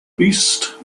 beast